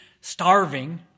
starving